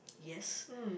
yes